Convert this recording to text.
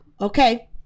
okay